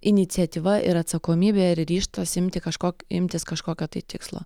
iniciatyva ir atsakomybė ir ryžtas imti kažko imtis kažkokio tai tikslo